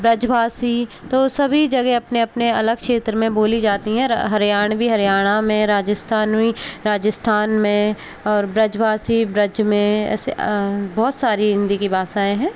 ब्रजभाषी तो सभी जगह अपने अपने अलग क्षेत्र में बोली जाती हैं हरियाणवी हरियाणा में राजस्थानवी राजस्थान में और ब्रजभाषी ब्रज में ऐसे बहुत सारी हिंदी की भाषाएँ हैं